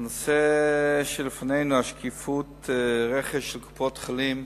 הנושא שלפנינו, שקיפות הרכש של קופות-החולים,